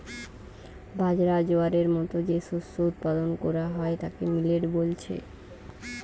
বাজরা, জোয়ারের মতো যে শস্য উৎপাদন কোরা হয় তাকে মিলেট বলছে